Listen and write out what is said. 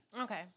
Okay